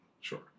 Sure